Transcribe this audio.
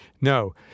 No